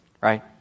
right